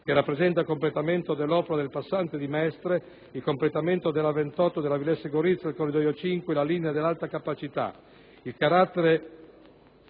che rappresenta il completamento dell'opera del Passante di Mestre, il completamento della A28 e della Villesse-Gorizia, il Corridoio 5, la linea dell'Alta capacità: il carattere